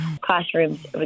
classrooms